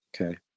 Okay